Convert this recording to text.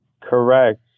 Correct